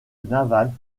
navale